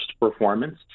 performance